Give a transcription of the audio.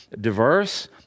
diverse